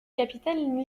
capitaine